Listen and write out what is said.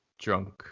drunk